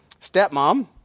stepmom